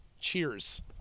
Cheers